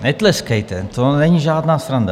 Netleskejte, to není žádná sranda.